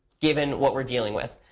given what we're dealing with.